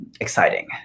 exciting